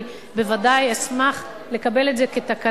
אני בוודאי אשמח לקבל את זה כתקנה,